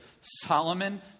Solomon